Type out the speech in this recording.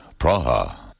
Praha